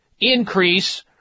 increase